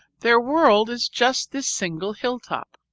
their world is just this single hilltop.